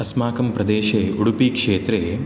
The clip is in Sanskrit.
अस्माकं प्रदेशे उडपिक्षेत्रे